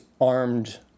armed